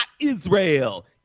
Israel